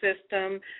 system